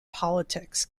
politics